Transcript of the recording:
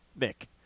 nick